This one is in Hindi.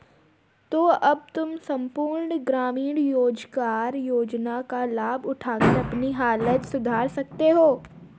तो अब तुम सम्पूर्ण ग्रामीण रोज़गार योजना का लाभ उठाकर अपनी हालत सुधार सकते हो